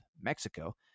Mexico